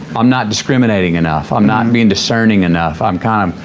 i'm not discriminating enough, i'm not being discerning enough. i'm kind of,